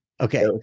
Okay